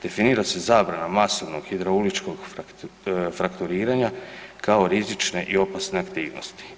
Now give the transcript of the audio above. Definira se zabrana masovnog hidrauličkog fraktoriranja kao rizične i opasne aktivnosti.